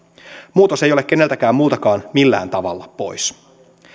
muutos ei ole keneltäkään muulta millään tavalla pois